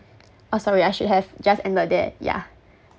uh sorry I should have just ended there yeah